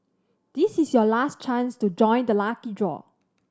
this is your last chance to join the lucky draw